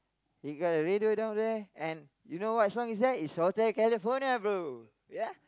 you got a radio down there and you know what song is that it's Hotel California bro ya